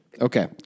Okay